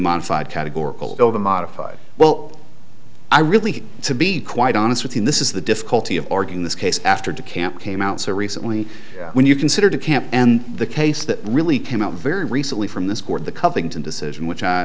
modified categorical over modified well i really to be quite honest with you this is the difficulty of arguing this case after the camp came out so recently when you consider the camp and the case that really came out very recently from this court the covington decision which i